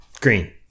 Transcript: Green